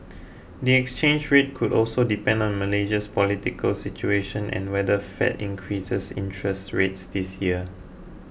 the exchange rate could also depend on Malaysia's political situation and whether Fed increases interest rates this year